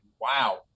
wow